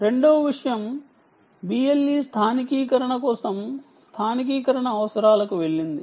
రెండవ విషయం BLE స్థానికీకరణ కోసం స్థానికీకరణ అవసరాలకు ఉపయోగించబడుతుంది